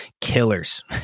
killers